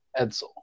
Edsel